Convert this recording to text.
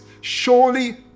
Surely